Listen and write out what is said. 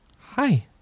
hi